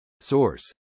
Source